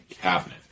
cabinet